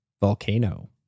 Volcano